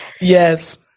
Yes